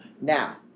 Now